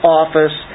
office